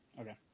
Okay